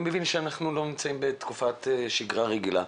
אני מבין שאנחנו לא נמצאים בתקופת שיגרה רגילה,